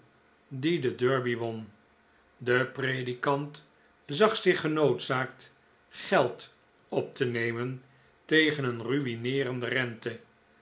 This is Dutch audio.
die den derby won de predikant zag zich genoodzaakt geld op te nemen tegen een ru'ineerende rente